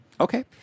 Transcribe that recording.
Okay